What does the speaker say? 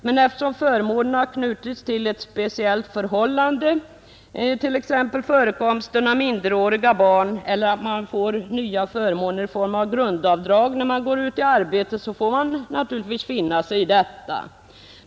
Men eftersom förmånerna har knutits till ett speciellt förhållande, t.ex. förekomsten av minderåriga barn, eller man får nya förmåner i form av grundavdrag när man går ut i arbete, så har man naturligtvis att finna sig i detta.